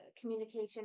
communication